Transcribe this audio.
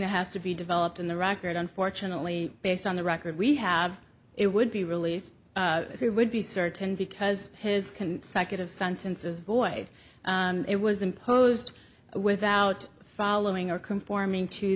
that has to be developed in the record unfortunately based on the record we have it would be released if we would be certain because his consecutive sentences void it was imposed without following or conforming to